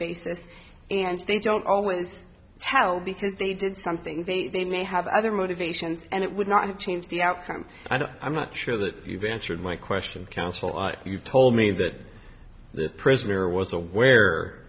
basis and they don't always tell because they did something they may have other motivations and it would not have changed the outcome and i'm not sure that you've answered my question counsel you told me that the prisoner was aware